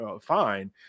fine